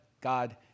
God